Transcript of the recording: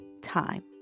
time